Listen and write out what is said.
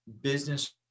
business